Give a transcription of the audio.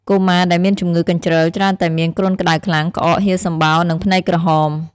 កុមារដែលមានជំងឺកញ្ជ្រឹលច្រើនតែមានគ្រុនក្តៅខ្លាំង ក្អក ហៀរសំបោរ និងភ្នែកក្រហម